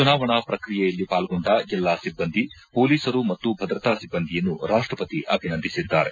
ಚುನಾವಣಾ ಪ್ರಕ್ರಿಯೆಯಲ್ಲಿ ಪಾಲ್ಗೊಂಡ ಎಲ್ಲಾ ಸಿಬ್ಬಂದಿ ಮೊಲೀಸರು ಮತ್ತು ಭದ್ರತಾ ಸಿಬ್ಬಂದಿಯನ್ನು ರಾಷ್ಟಪತಿ ಅಭಿನಂದಿಸಿದ್ದಾರೆ